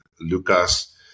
Lucas